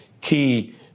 key